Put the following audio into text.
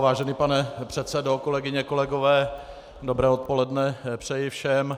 Vážený pane předsedo, kolegyně, kolegové, dobré odpoledne, přeji všem.